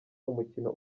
umukino